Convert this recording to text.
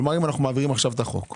כלומר אם אנו מעבירים את החוק עכשיו,